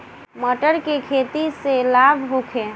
मटर के खेती से लाभ होखे?